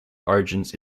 origins